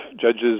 judges